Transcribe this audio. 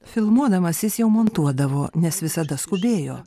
filmuodamas jis jau montuodavo nes visada skubėjo